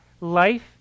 life